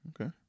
okay